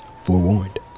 forewarned